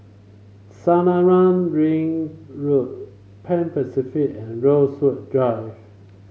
Selarang Ring Road Pan Pacific and Rosewood Drive